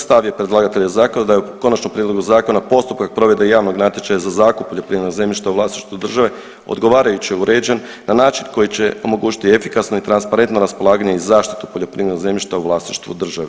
Stav je predlagatelja zakona da je u konačnom prijedlogu zakona postupak provedbe javnog natječaja za zakup poljoprivrednog zemljišta u vlasništvu države odgovarajuće uređen na način koji će omogućiti efikasno i transparentno raspolaganje i zaštitu poljoprivrednog zemljišta u vlasništvu države.